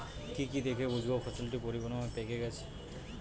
কি কি দেখে বুঝব ফসলটি পরিপূর্ণভাবে পেকে গেছে?